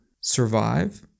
survive